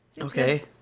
Okay